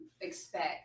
expect